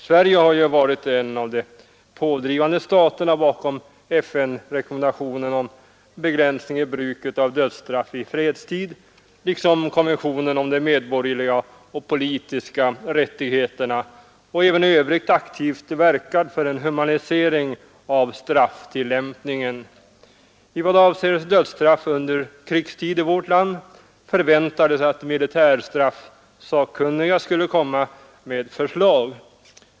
Sverige har ju varit en av de pådrivande staterna bakom FN rekommendationen om begränsning av bruket av dödsstraff i fredstid liksom konventionen om de medborgerliga och politiska rättigheterna och även i övrigt aktivt verkat för en humanisering av strafftillämpningen. I vad avser dödsstraff under krigstid i vårt land förväntades att militärstraffsakkunniga skulle komma med förslag.